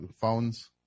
phones